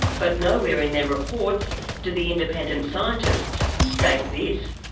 but nowhere in their reports did the independent scientists state this.